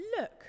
look